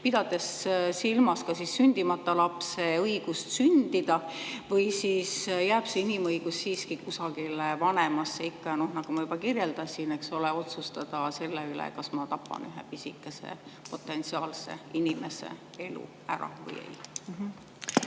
pidades silmas ka sündimata lapse õigust sündida, või siis jääb see inimõigus siiski kusagile vanemasse ikka. Ja nagu ma juba kirjeldasin, eks ole, kas võib otsustada selle üle, kas ma tapan ühe pisikese potentsiaalse inimese ära? Aitäh!